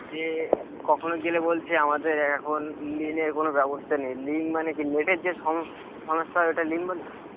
যে কখনও গেলে বলছে আমাদের এখন লিনের কোনো ব্যবস্থা নেই লিন মানে কী নেটের যে সমস্ সমস্যা হয় ওটা লিন বলা হয়